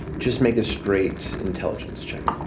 just make a straight intelligence check.